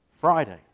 Friday